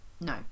no